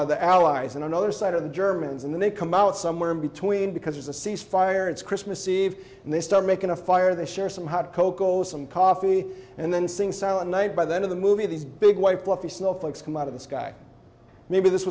are the allies and another side of the germans and they come out somewhere in between because there's a ceasefire it's christmas eve and they start making a fire they share some how to cocoa some coffee and then sing silent night by the end of the movie these big white fluffy snow folks come out of the sky maybe this